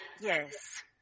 Yes